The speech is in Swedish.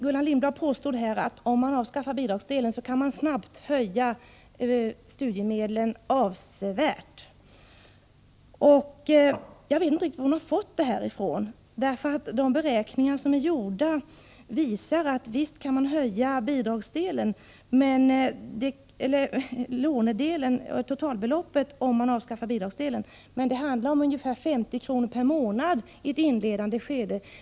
Gullan Lindblad påstod att man snabbt kan höja studiemedlen avsevärt om man avskaffar bidragsdelen. Jag vet inte riktigt vad hon har fått det ifrån. De beräkningar som är gjorda visar att man visst kan höja totalbeloppet om man avskaffar bidragsdelen, men det handlar om ungefär 50 kr. per månad i ett inledande skede.